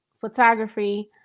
photography